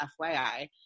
FYI